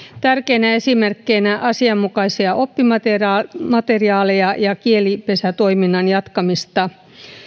tärkeinä esimerkkeinä asianmukaisia oppimateriaaleja ja kielipesätoiminnan jatkamista